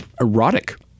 erotic